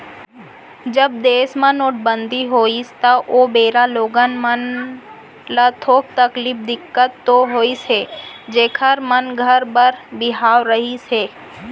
जब देस म नोटबंदी होइस त ओ बेरा लोगन मन ल थोक तकलीफ, दिक्कत तो होइस हे जेखर मन घर बर बिहाव रहिस हे